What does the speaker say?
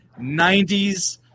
90s